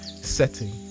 setting